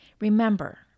Remember